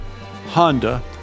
Honda